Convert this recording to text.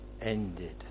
ended